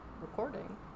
recording